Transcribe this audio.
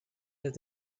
les